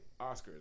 oscars